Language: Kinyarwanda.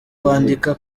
kwandika